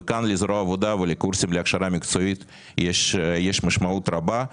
כאן לזרוע העבודה ולקורסים להכשרה מקצועית יש משמעות רבה.